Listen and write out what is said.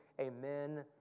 Amen